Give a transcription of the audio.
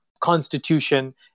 constitution